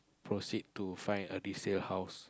proceed to find a resale house